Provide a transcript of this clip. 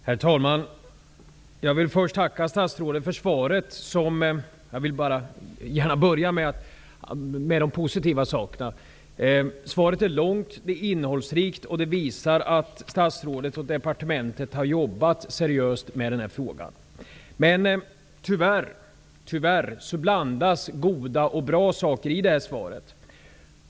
Herr talman! Jag vill först tacka statsrådet för svaret. Jag vill gärna börja med det positiva. Svaret är långt, det är innehållsrikt, och det visar att statsrådet och departementet arbetar seriöst med frågan. Men tyvärr blandas goda och dåliga saker i svaret.